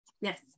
Yes